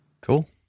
Cool